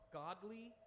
godly